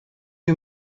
you